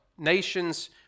nations